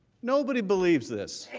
nobody believes this.